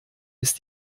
ist